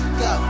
go